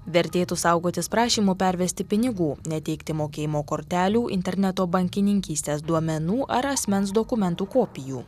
vertėtų saugotis prašymo pervesti pinigų neteikti mokėjimo kortelių interneto bankininkystės duomenų ar asmens dokumentų kopijų